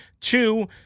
Two